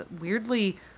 weirdly